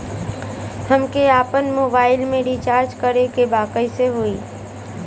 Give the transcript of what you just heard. हमके आपन मोबाइल मे रिचार्ज करे के बा कैसे होई?